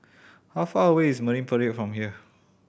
how far away is Marine Parade from here